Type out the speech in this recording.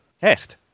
test